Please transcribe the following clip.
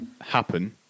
happen